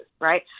right